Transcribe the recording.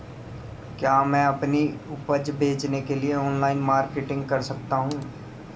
क्या मैं अपनी उपज बेचने के लिए ऑनलाइन मार्केटिंग कर सकता हूँ?